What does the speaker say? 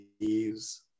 leaves